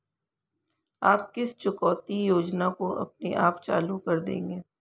आप किस चुकौती योजना को अपने आप चालू कर देंगे?